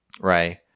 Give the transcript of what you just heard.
right